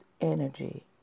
energy